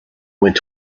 went